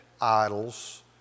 idols